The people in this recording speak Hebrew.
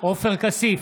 עופר כסיף,